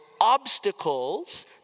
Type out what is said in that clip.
obstacles